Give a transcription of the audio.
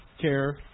care